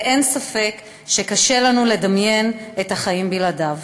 ואין ספק שקשה לנו לדמיין את החיים בלעדיו.